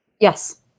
Yes